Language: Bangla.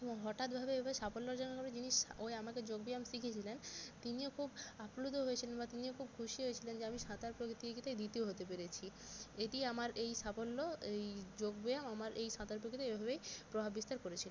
হঠাৎভাবে এবার সাফল্য অর্জন করা জিনিস ওই আমাকে যোগ ব্যায়াম শিখিয়ে ছিলেন তিনিও খুব আপ্লুত হয়েছিলেন বা তিনিও খুব খুশি হয়েছিলেন যে আমি সাঁতার প্রতিযোগিতায় দ্বিতীয় হতে পেরেছি এটি আমার এই সাফল্য এই যোগ ব্যায়াম আমার এই সাঁতার প্রতিযোগিতায় এভাবেই প্রভাব বিস্তার করেছিলো